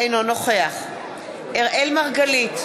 אינו נוכח אראל מרגלית,